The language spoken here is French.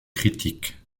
critique